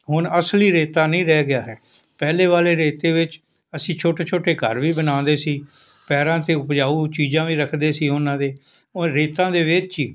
ਹੁਣ ਅਸਲੀ ਰੇਤਾ ਨਹੀਂ ਰਹਿ ਗਿਆ ਹੈ ਪਹਿਲੇ ਵਾਲੇ ਰੇਤੇ ਵਿੱਚ ਅਸੀਂ ਛੋਟੇ ਛੋਟੇ ਘਰ ਵੀ ਬਣਾਉਂਦੇ ਸੀ ਪੈਰਾਂ 'ਤੇ ਉਪਜਾਊ ਚੀਜ਼ਾਂ ਵੀ ਰੱਖਦੇ ਸੀ ਉਹਨਾਂ ਦੇ ਔਰ ਰੇਤਾਂ ਦੇ ਵਿੱਚ ਹੀ